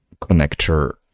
connector